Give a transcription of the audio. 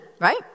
right